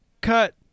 cut